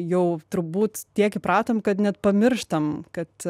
jau turbūt tiek įpratom kad net pamirštam kad